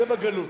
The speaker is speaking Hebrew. זה בגלות.